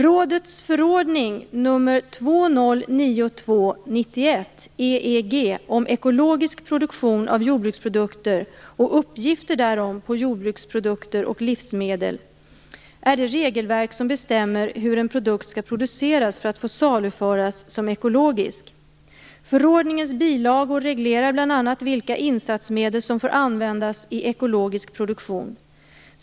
Rådets förordning nr 2092/91 om ekologisk produktion av jordbruksprodukter och uppgifter därom på jordbruksprodukter och livsmedel är det regelverk som bestämmer hur en produkt skall produceras för att få saluföras som ekologisk. Förordningens bilagor reglerar bl.a. vilka insatsmedel som får användas i ekologisk produktion.